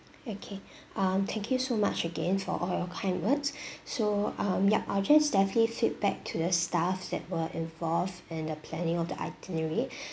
okay um thank you so much again for all your kind words so um yup I'll just definitely feedback to the staff that were involved in the planning of the itinerary